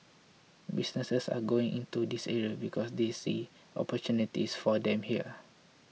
businesses are going into this area because they see opportunities for them here